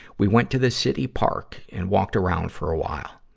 we went to the city park and walked around for a while.